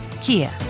Kia